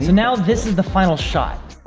now. this is the final shot